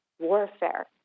warfare